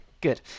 Good